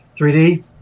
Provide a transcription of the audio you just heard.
3D